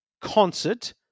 concert